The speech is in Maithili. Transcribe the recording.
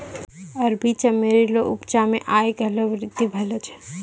अरबी चमेली रो उपजा मे आय काल्हि वृद्धि भेलो छै